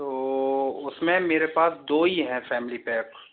तो उसमें मेरे पास दो ही हैं फ़ैमिली पैक